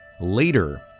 Later